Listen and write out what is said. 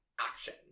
action